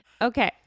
Okay